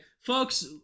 folks